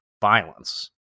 violence